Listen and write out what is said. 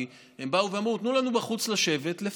כי הם באו ואמרו: תנו לנו לשבת בחוץ